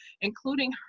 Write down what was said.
including